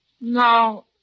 No